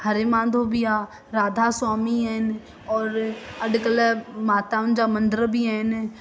हरे मांधव बि आहे राधास्वामी आहिनि और अॼुकल्ह माताउनि जा मंदर बि आहिनि